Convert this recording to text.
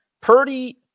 Purdy